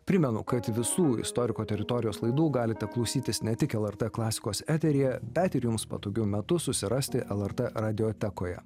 primenu kad visų istoriko teritorijos laidų galite klausytis ne tik lrt klasikos eteryje bet ir jums patogiu metu susirasti lrt radiotekoje